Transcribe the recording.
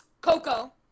Coco